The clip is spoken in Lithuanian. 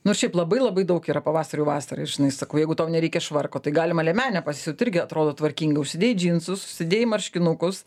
nu ir šiaip labai labai daug yra pavasariui vasarai ir žinai sakau jeigu tau nereikia švarko tai galima liemenę pasiūt irgi atrodo tvarkinga užsidėjai džinsus užsidėjai marškinukus